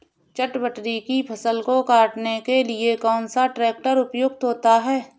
चटवटरी की फसल को काटने के लिए कौन सा ट्रैक्टर उपयुक्त होता है?